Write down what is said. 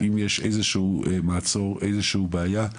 אם יש איזשהו מעצור, איזושהי בעיה,